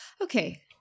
Okay